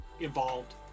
involved